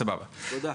בסדר.